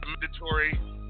mandatory